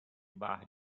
bar